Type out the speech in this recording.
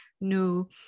new